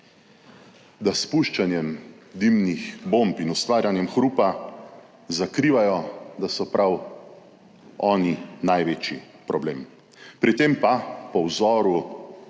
s spuščanjem dimnih bomb in ustvarjanjem hrupa zakrivajo da so prav oni največji problem pri tem pa po vzoru